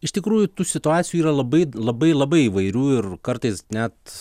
iš tikrųjų tų situacijų yra labai labai labai įvairių ir kartais net